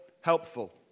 helpful